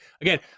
Again